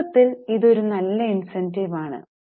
തത്ത്വത്തിൽ ഇത് ഒരു നല്ല ഇൻസെന്റീവ് ആണ്